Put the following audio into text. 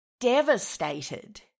devastated